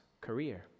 career